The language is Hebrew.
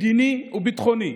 מדיני ובטחוני.